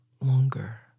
longer